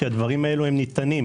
כי הדברים האלה ניתנים.